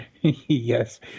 yes